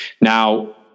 now